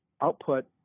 output